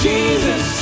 Jesus